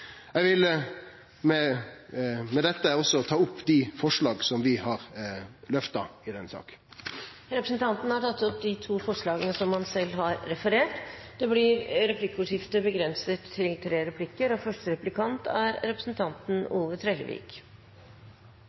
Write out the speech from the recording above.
Eg vil med dette også ta opp dei forslaga som vi har løfta i denne saka. Representanten Torgeir Knag Fylkesnes har tatt opp de forslagene han refererte til. Det blir replikkordskifte. Fisken i havet har sikkert vore der i tusenvis av år. Fangstreiskapar og